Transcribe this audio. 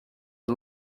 are